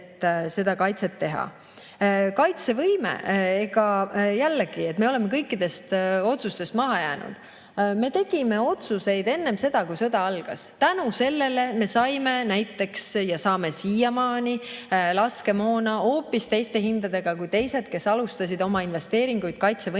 Jällegi, me olevat kõikidest otsustest maha jäänud. Me tegime otsuseid enne seda, kui sõda algas. Tänu sellele me saime näiteks ja saame siiamaani laskemoona hoopis teiste hindadega kui teised, kes alustasid oma investeeringuid kaitsevõimesse